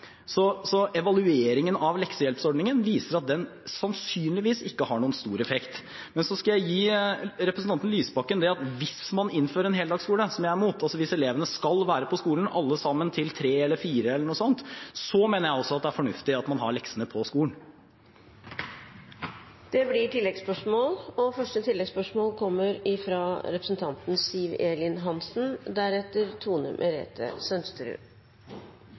evalueringen av leksehjelpsordningen viser at den sannsynligvis ikke har noen stor effekt. Men så skal jeg gi representanten Lysbakken dette: Hvis man innfører heldagsskole – som jeg er imot – hvis alle elevene skal være på skolen til kl. 15, kl. 16 eller noe sånt, mener også jeg at det er fornuftig at man gjør leksene på skolen. Det blir oppfølgingsspørsmål – først Siv Elin Hansen. Forsker ved Statistisk sentralbyrå, Marte Rønning, analyserte matematikk- og